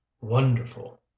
wonderful